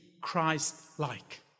Christ-like